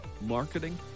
marketing